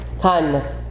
Kindness